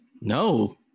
No